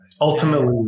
ultimately